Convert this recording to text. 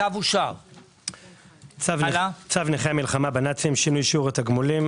הצבעה בעד פה אחד צו נכי רדיפות הנאצים (שינוי שיעור התגמולים),